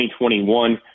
2021